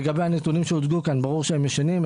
לגבי הנתונים שהוצגו כאן ברור שהם ישנים,